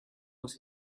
was